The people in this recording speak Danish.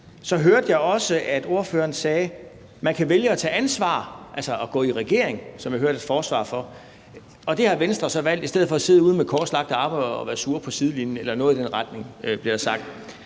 Så hørte jeg også, at ordføreren sagde, at man kan vælge at tage ansvar, altså at gå i regering, hvilket jeg hørte et forsvar for, og det har Venstre så valgt i stedet for at sidde ude med korslagte arme og være sur på sidelinjen eller noget i den retning, som der er